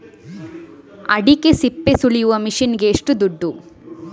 ಅಡಿಕೆ ಸಿಪ್ಪೆ ಸುಲಿಯುವ ಮಷೀನ್ ಗೆ ಏಷ್ಟು ದುಡ್ಡು?